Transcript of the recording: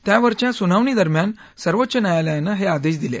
त्यावरच्या सुनावणी दरम्यान सर्वोच्च न्यायालयानं हे आदेश दिले